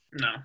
No